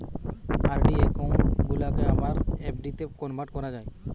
RD account গুলাকে আবার এফ.ডিতে কনভার্ট করা যায়